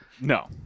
No